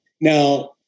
Now